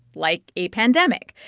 like a pandemic.